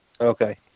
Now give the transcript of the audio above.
Okay